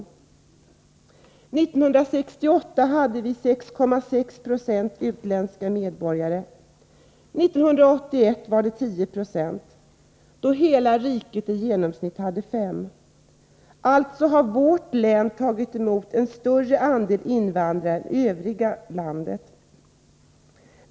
År 1968 hade vi 6,6 Jo utländska medborgare, och 1981 var de 10 96, då hela riket i genomsnitt hade 5 26. Alltså har vårt län tagit emot en större andel invandrare än övriga landet.